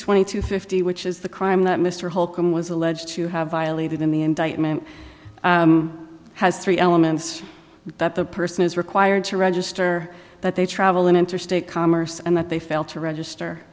twenty two fifty which is the crime that mr holcombe was alleged to have violated in the indictment has three elements that the person is required to register that they travel in interstate commerce and that they fail to register